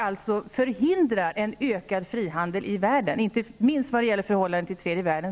Det förhindrar en ökad frihandel i världen, inte minst när det gäller förhållandet till tredje världen.